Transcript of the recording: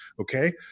Okay